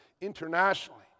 internationally